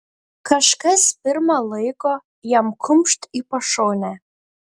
kažkas pirma laiko jam kumšt į pašonę